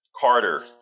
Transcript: carter